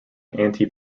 anti